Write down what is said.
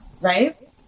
right